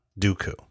Dooku